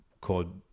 Called